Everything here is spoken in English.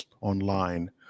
online